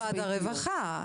במשרד הרווחה.